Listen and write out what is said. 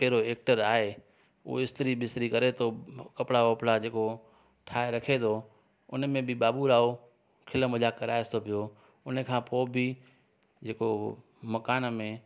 कहिड़ो एक्टर आहे उहो स्त्री ॿिस्त्री करे थो कपिड़ा ॿपड़ा जेको ठाहे रखे थो उनमें बि बाबू राव खिल मज़ाक कराएस थो पियो उन खां पोइ बि जेको मकानु में